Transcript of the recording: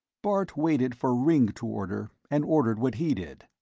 bart waited for ringg to order, and ordered what he did.